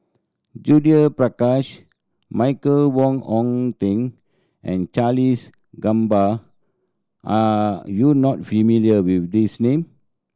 Judith Prakash Michael Wong Hong Teng and Charles Gamba are you not familiar with these name